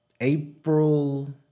April